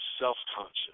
self-conscious